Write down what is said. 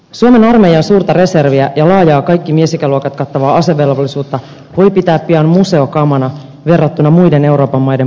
suomen armeijan suurta reserviä ja laajaa kaikki miesikäluokat kattavaa asevelvollisuutta voi pitää pian museokamana verrattuna muiden euroopan maiden puolustusratkaisuihin